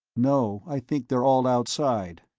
no, i think they're all outside.